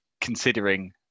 considering